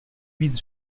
být